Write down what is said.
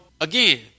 again